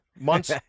Months